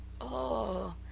Oh